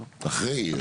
אחרי.